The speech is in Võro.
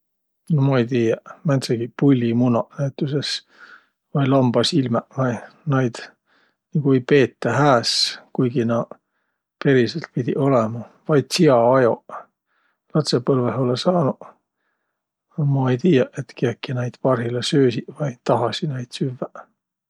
No ma ei tiiäq, määntsegi pullimunaq näütüses vai lambasilmäq vai. Naid nigu ei peetäq hääs, kuigi naaq periselt pidiq olõma. Vai tsiaajoq – latsõpõlvõh olõ saanuq, a ma ei tiiäq, et kiäki näid parhilla söösiq vai tahasiq naid süvväq.